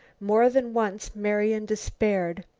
more than once marian despaired.